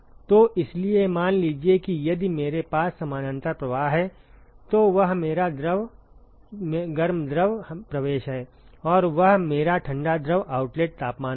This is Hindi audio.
तो इसलिए मान लीजिए कि यदि मेरे पास समानांतर प्रवाह है तो वह मेरा गर्म द्रव प्रवेश है और वह मेरा ठंडा द्रव आउटलेट तापमान होगा